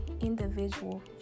individual